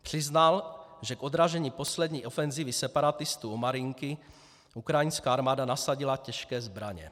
Přiznal, že k odražení poslední ofenzívy separatistů u Marinky ukrajinská armáda nasadila těžké zbraně.